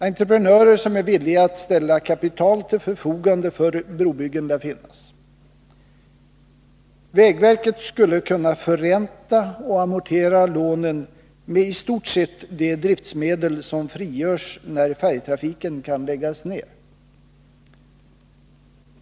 Entreprenörer som är villiga att ställa kapital till förfogande för brobyggen lär finnas. Vägverket skulle kunna förränta och amortera lånen med i stort sett de driftmedel som frigörs när färjetrafiken kan läggas ned.